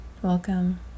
Welcome